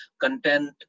content